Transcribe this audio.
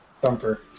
Thumper